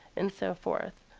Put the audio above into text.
and so forth.